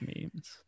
memes